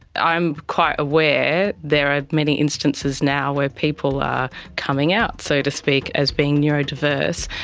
i'm quite aware there are many instances now where people are coming out, so to speak, as being neurodiverse,